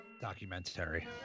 documentary